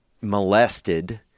molested